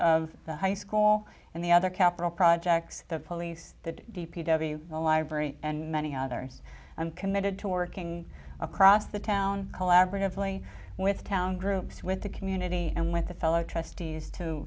of the high school and the other capital projects the police d p w the library and many others i'm committed to working across the town collaboratively with town groups with the community and with the fellow trustees to